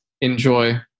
enjoy